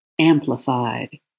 amplified